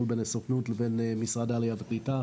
בין הסוכנות לבין משרד העלייה והקליטה,